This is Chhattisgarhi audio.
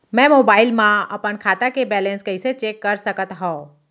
मैं मोबाइल मा अपन खाता के बैलेन्स कइसे चेक कर सकत हव?